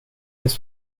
his